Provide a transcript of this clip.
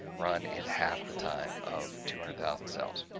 run in half the time of two hundred thousand cells.